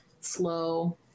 Slow